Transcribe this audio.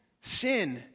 Sin